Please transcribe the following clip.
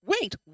Wait